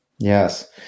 Yes